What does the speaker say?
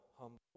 Humble